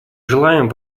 желаем